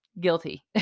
Guilty